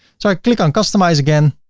so i click on customize again,